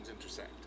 intersect